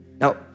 Now